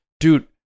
Dude